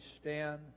stand